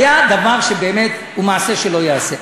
היה דבר שהוא באמת מעשה שלא ייעשה,